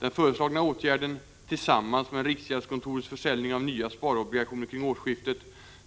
Den föreslagna åtgärden, tillsammans med riksgäldskontorets försäljning av nya sparobligationer kring årsskiftet,